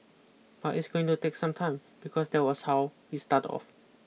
but it's going to take some time because that was how we start off